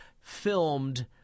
filmed